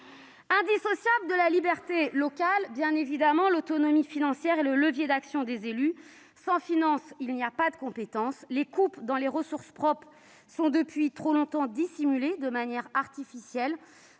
Indissociable de la liberté locale, l'autonomie financière est le levier d'action des élus : sans finances, il n'y a pas de compétences. Les coupes dans les ressources propres sont depuis trop longtemps dissimulées de manière artificielle